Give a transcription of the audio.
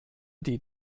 die